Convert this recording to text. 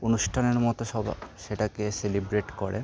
অনুষ্ঠানের মতো সবাই সেটাকে সেলিব্রেট করে